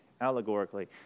allegorically